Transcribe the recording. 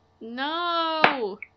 No